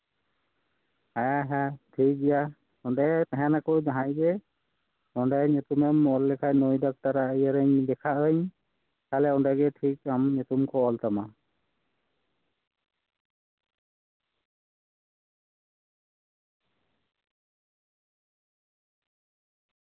ᱦᱮᱸ ᱦᱮᱸ ᱴᱷᱤᱠᱜᱮᱭᱟ ᱚᱸᱰᱮ ᱛᱟᱦᱮᱱᱟᱠᱚ ᱡᱟᱦᱟᱸᱭ ᱜᱮ ᱚᱸᱰᱮ ᱧᱩᱛᱩᱢᱮᱢ ᱚᱞ ᱞᱮᱠᱷᱟᱱ ᱱᱩᱭ ᱰᱟᱠᱛᱟᱨᱟᱜ ᱤᱭᱟᱹᱨᱤᱧ ᱫᱮᱠᱷᱟᱜ ᱟᱹᱧ ᱛᱟᱞᱦᱮ ᱚᱸᱰᱮ ᱜᱮ ᱴᱷᱤᱠ ᱟᱢ ᱧᱩᱛᱩᱢ ᱠᱚ ᱚᱞ ᱛᱟᱢᱟ